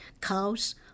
Cows